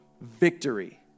Victory